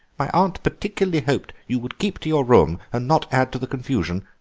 my aunt particularly hoped you would keep to your room and not add to the confusion,